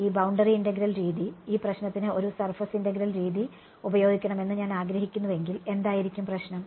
ഈ boundary integral രീതി ഈ പ്രശ്നത്തിന് ഒരു സർഫസ് ഇന്റഗ്രൽ രീതി ഉപയോഗിക്കണമെന്ന് ഞാൻ ആഗ്രഹിക്കുന്നുവെങ്കിൽ എന്തായിരിക്കും പ്രശ്നം